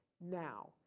Now